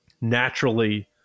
naturally